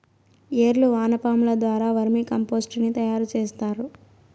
ఏర్లు వానపాముల ద్వారా వర్మి కంపోస్టుని తయారు చేస్తారు